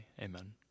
Amen